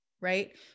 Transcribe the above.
right